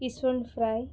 विसवण fry